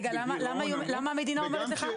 רגע סליחה, למה המדינה אומרת לך?